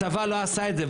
הצבא לא עשה את זה.